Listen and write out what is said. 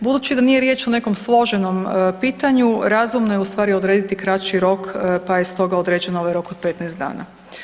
Budući da nije riječ o nekom složenom pitanju, razumno je u stvari odrediti kraći rok, pa je stoga određen ovaj rok od 15 dana.